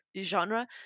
genre